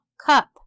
Cup